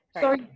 sorry